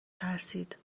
ترسید